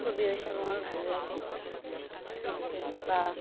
খুবই ওসব আমার ভালো লাগে তুলতে বা